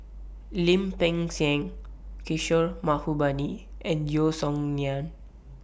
Lim Peng Siang Kishore Mahbubani and Yeo Song Nian